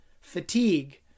fatigue